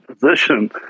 position